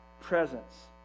presence